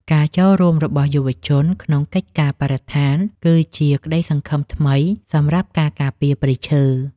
ការចូលរួមរបស់យុវជនក្នុងកិច្ចការបរិស្ថាន គឺជាក្តីសង្ឃឹមថ្មីសម្រាប់ការការពារព្រៃឈើ។